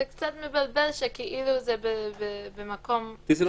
זה קצת מבלבל כשזה --- אותי זה לא